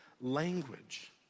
language